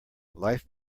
life